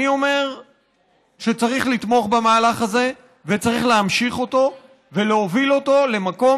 אני אומר שצריך לתמוך במהלך הזה וצריך להמשיך אותו ולהוביל אותו למקום